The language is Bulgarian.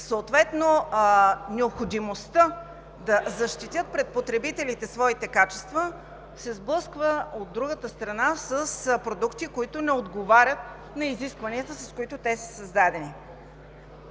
съответно необходимостта да защитят своите качества пред потребителите се сблъсква от другата страна с продукти, които не отговарят на изискванията, с които те са създадени.